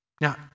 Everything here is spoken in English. Now